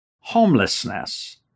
Homelessness